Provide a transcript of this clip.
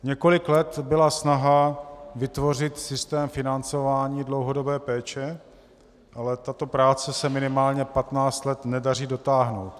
Několik let byla snaha vytvořit systém financování dlouhodobé péče, ale tato práce se minimálně 15 let nedaří dotáhnout.